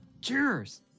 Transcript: Cheers